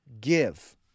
give